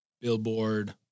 billboard